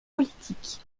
politique